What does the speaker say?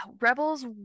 rebels